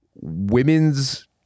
Women's